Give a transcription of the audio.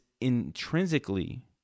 intrinsically